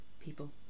people